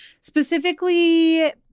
specifically